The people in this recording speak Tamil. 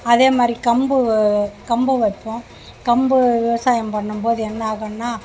அதே மாதிரி கம்பு கம்பை வைப்போம் கம்பு விவசாயம் பண்ணும்போது என்ன ஆகுன்னால்